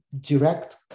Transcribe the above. direct